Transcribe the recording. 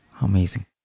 amazing